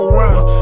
round